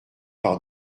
par